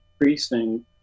increasing